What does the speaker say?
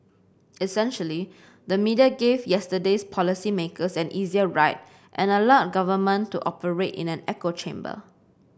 essentially the media gave yesterday's policy makers an easier ride and allowed government to operate in an echo chamber